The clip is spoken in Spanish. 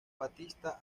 battista